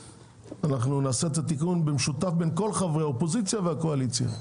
אנחנו נעשה את התיקון במשותף בין כל חברי האופוזיציה והקואליציה.